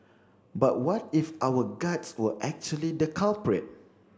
but what if our guts were actually the culprit